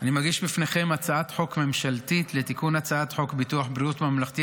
אני מגיש בפניכם הצעת חוק ממשלתית לתיקון הצעת חוק ביטוח בריאות ממלכתי,